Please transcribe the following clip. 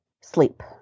sleep